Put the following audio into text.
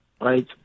right